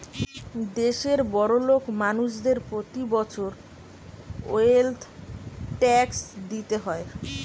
দেশের বড়োলোক মানুষদের প্রতি বছর ওয়েলথ ট্যাক্স দিতে হয়